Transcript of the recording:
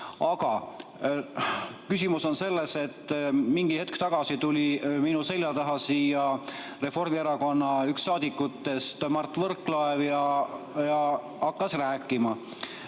Aga küsimus on selles, et mingi hetk tagasi tuli minu selja taha Reformierakonna üks liikmetest, Mart Võrklaev, kes hakkas rääkima